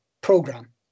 program